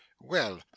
Well